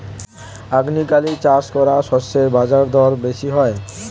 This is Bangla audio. অর্গানিকালি চাষ করা শস্যের বাজারদর বেশি হয়